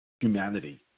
humanity